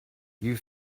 you